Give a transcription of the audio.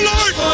Lord